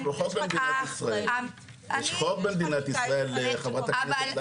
יש חוק במדינת ישראל, חה"כ לסקי.